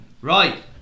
Right